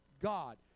God